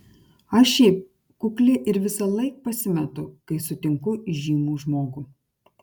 aš šiaip kukli ir visąlaik pasimetu kai sutinku įžymų žmogų